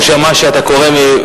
הוא שמע שאתה קורא מויקרא.